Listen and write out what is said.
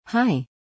Hi